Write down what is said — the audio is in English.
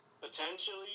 potentially